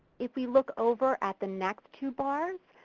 if we look over at the next two bars,